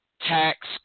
tax